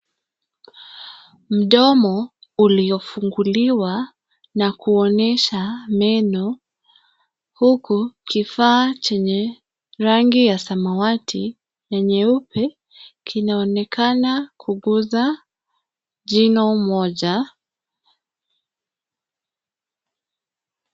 Mdomo uliofunguliwa na kuonyesha meno, huku kifaa chenye rangi ya samawati na nyeupe kinaonkana kugusa jino moja.